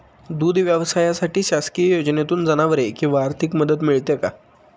दूध व्यवसायासाठी शासकीय योजनेतून जनावरे किंवा आर्थिक मदत मिळते का?